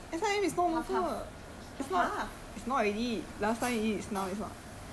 S_I_M is local S_I_M also [what] half half half half